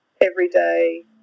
everyday